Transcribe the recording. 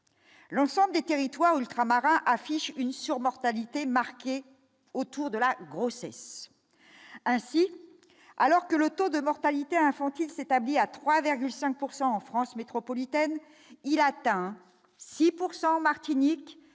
l'ensemble des territoires ultramarins affiche une surmortalité marqué autour de la grossesse ainsi alors que le taux de mortalité infantile s'établit à 3 avec 5 pour 100 en France métropolitaine, il atteint 6 pourcent Martinique